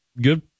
good